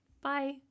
Bye